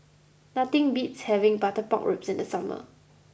nothing beats having Butter Pork Ribs in the summer